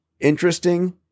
interesting